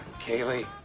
Kaylee